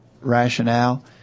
rationale